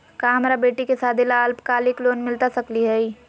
का हमरा बेटी के सादी ला अल्पकालिक लोन मिलता सकली हई?